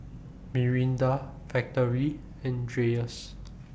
Mirinda Factorie and Dreyers